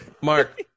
Mark